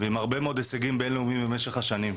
ועם הרבה מאוד הישגים בין-לאומיים במשך השנים.